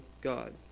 God